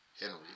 Henry